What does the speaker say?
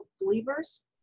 believers